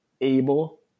able